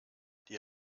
die